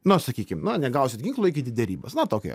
no sakykim no negausit ginklų eikit į derybas na tokia